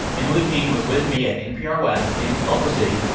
emily king was with me at npr west in culver city.